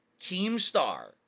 Keemstar